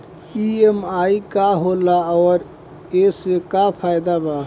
EMI का होला और ओसे का फायदा बा?